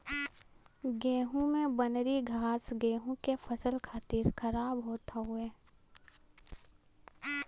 गेंहू में बनरी घास गेंहू के फसल खातिर खराब होत हउवे